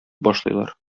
башлыйлар